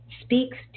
speaks